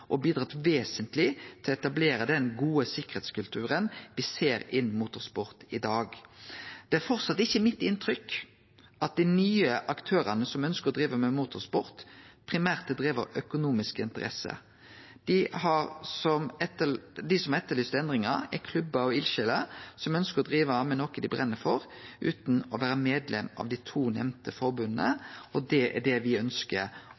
og bidrege vesentleg til å etablere den gode sikkerheitskulturen me ser innan motorsport i dag. Det er framleis ikkje mitt inntrykk at dei nye aktørane som ønskjer å drive med motorsport, primært er drivne av økonomiske interesser. Dei som etterlyste endringar, er klubbar og eldsjeler som ønskjer å drive med noko dei brenn for, utan å være medlem av dei to nemnde forbunda. Det